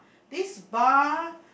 this bar